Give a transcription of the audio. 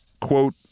Quote